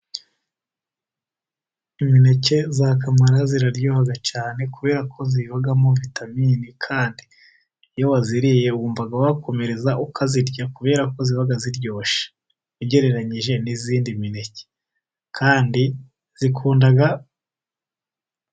Imineke ya kamara ziraryoha cyane, kubera ko zibamo vitamini kandi iyo wayiriye wumva wakomereza ukayirya, kubera ko iba iryoshye, ugereranyije n'indi mineke kandi ikunda...